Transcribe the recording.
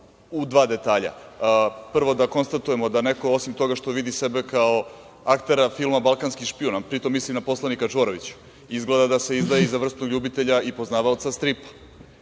u dva detalja. Prvo, da konstatujemo da neko osim toga što vidi sebe kao aktera filma „Balkanski špijun“, a pritom mislim na poslanika Čvorovića, izgleda da se izdaje i za vrstu ljubitelja i poznavalaca stripa.